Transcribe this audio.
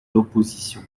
l’opposition